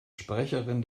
sprecherin